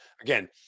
Again